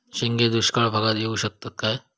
शेंगे दुष्काळ भागाक येऊ शकतत काय?